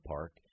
Park